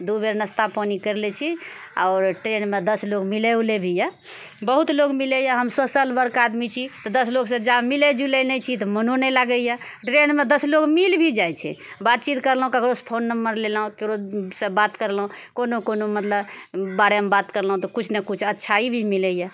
दू बेर नाश्ता पानि करि लैत छी आओर ट्रेनमे दश लोक मिलय विलय भी यऽ बहुत लोक मिलयए हम सोशल वर्क आदमी छी तऽ दश लोकसँ जऽ मिलय जुलय नहि छी तऽ मनो नहि लागयए ट्रेनमे दस लोक मिलि भि जाइ छै बातचीत करलहुँ केकरोसँ फोन नम्बर लेलहुँ ककरोसँ बात करलहुँ कोअनो कोअनो बारेमे बात करलहुँ कुछ नऽ कुछ अच्छाइ भी मिलयए